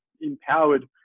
empowered